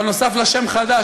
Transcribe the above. אבל נוסף לה שם חדש,